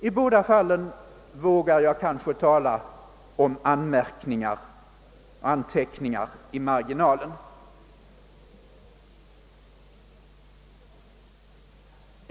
I båda fallen vågar jag kanske tala om anteckningar i marginalen.